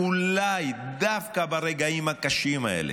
אולי דווקא ברגעים הקשים האלה,